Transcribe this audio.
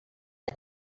ont